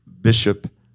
Bishop